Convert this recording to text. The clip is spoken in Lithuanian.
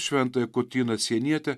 šventąją kotryną sienietę